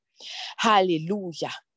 hallelujah